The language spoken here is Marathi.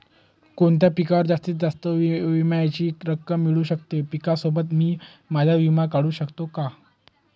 कोणत्या पिकावर जास्तीत जास्त विम्याची रक्कम मिळू शकते? पिकासोबत मी माझा विमा काढू शकतो का?